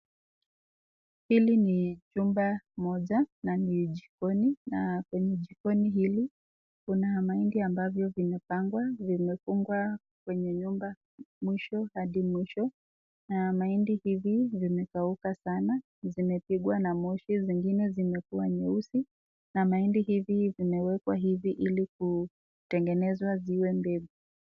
Hili ni chumba moja na ni jikoni na kwenye jikoni hili kuna mahindi ambayo yamepangwa, yamefungwa kwenye nyuma mwisho hadi mwisho. Na mahindi hivi yamekauka sana, zimepigwa na moshi, zingine zimekuwa nyeusi na mahindi hivi zimewekwa hivi ili kutengenezwa ziwe mbegu.